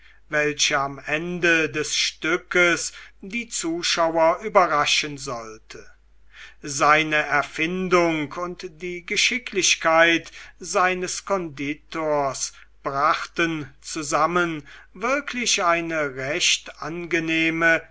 welche am ende des stückes die zuschauer überraschen sollte seine erfindung und die geschicklichkeit seines konditors brachten zusammen wirklich eine recht angenehme